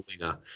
winger